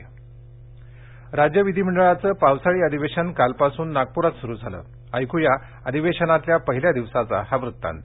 विधिमंडळ राज्य विधिमंडळाचं पावसाळी अधिवेशन कालपासून नागपुरात सुरू झालं या अधिवेशनातल्या पहिल्या दिवसाचा हा वृत्तांत